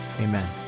amen